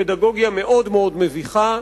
פדגוגיה מאוד מביכה.